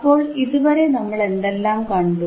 അപ്പോൾ ഇതുവരെ നമ്മളെന്തെല്ലാം കണ്ടു